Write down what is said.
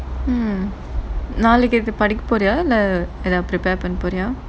mm நாளைக்கு இத படிக்க போரியா இல்ல எத:naalaiku itha padika poriyaa illa etha prepare பண்ண போரியா:panna poriyaa